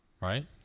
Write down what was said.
right